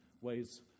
ways